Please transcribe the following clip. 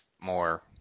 more